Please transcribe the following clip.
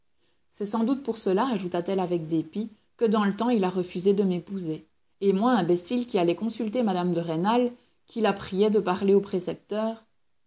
c'est sans doute pour cela ajouta-t-elle avec dépit que dans le temps il a refusé de m'épouser et moi imbécile qui allais consulter mme de rênal qui là priais de parler au précepteur